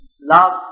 love